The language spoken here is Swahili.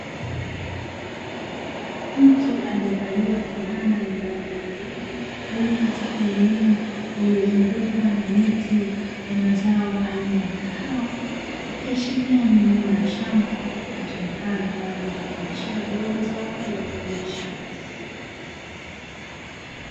Mtu aliyevalia fulana yenye rangi ya bluu aliye katika eneo lililozungukwa na miti ya mazao aina ya kahawa, ikiashiria ni eneo la shamba litumikalo kwa ajili ya uzalishaji wa mazao hayo ya kibiashara.